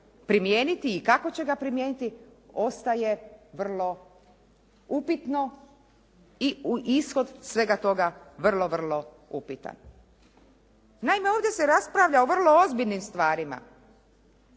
primijeniti i kako će ga primijeniti, ostaje vrlo upitno i ishod svega toga vrlo vrlo upitan. Naime ovdje se raspravlja o vrlo ozbiljnim stvarima,